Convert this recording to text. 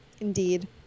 indeed